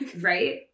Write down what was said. Right